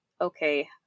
okay